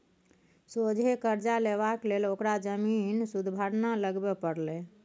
सोझे करजा लेबाक लेल ओकरा जमीन सुदभरना लगबे परलै